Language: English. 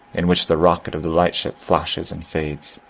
in which the rocket of the lightship flashes and fades.